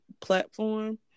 platform